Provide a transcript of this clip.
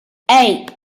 eight